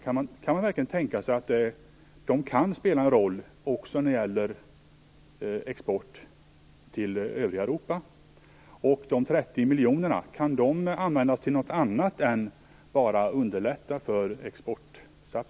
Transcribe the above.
Kan de spela en roll också när det gäller export till övriga Europa? Kan de 30 miljonerna användas till något annat än att underlätta exportsatsningar?